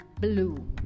blue